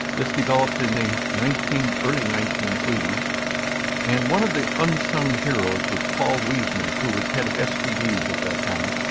this developed in the nineteen early nineteen eighty s and one of the unsung heroes was paul wiesner, who was head of stds at that time,